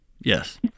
Yes